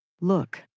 Look